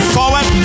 forward